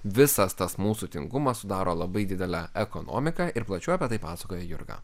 visas tas mūsų tingumas sudaro labai didelę ekonomiką ir plačiau apie tai pasakoja jurga